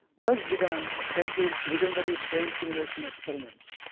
thus, began penfield's legendary brain stimulation experiments.